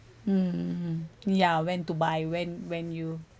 mm ya when to buy when when you